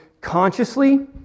consciously